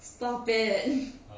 stop it